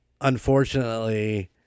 Unfortunately